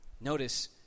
notice